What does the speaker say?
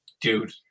dude